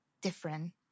different